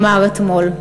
אמר אתמול: